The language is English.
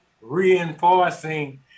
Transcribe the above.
reinforcing